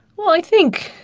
well i think,